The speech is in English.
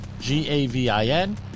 g-a-v-i-n